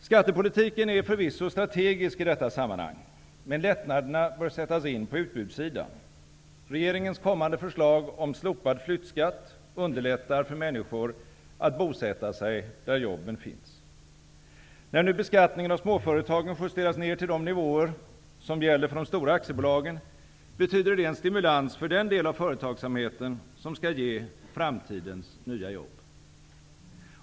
Skattepolitiken är förvisso strategisk i detta sammanhang. Men lättnaderna bör sättas in på utbudssidan. Regeringens kommande förslag om slopad flyttskatt underlättar för människor att bosätta sig där jobben finns. När nu beskattningen av småföretagen justeras ned till de nivåer som gäller för de stora aktiebolagen, betyder det en stimulans för den del av företagsamheten som skall ge framtidens nya jobb.